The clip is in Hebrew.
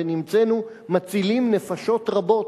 ונמצאנו מצילים נפשות רבות.